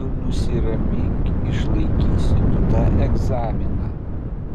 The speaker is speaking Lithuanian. tu nusiramink išlaikysi tu tą egzaminą